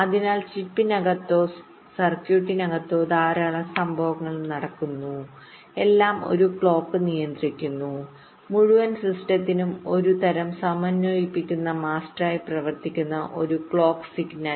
അതിനാൽ ചിപ്പിനകത്തോ സർക്യൂട്ടറിനകത്തോ ധാരാളം സംഭവങ്ങൾ നടക്കുന്നു എല്ലാം ഒരു ക്ലോക്ക് നിയന്ത്രിക്കുന്നു മുഴുവൻ സിസ്റ്റത്തിനും ഒരുതരം സമന്വയിപ്പിക്കുന്ന മാസ്റ്ററായി പ്രവർത്തിക്കുന്ന ഒരു ക്ലോക്ക് സിഗ്നൽ